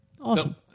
Awesome